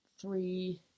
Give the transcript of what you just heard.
three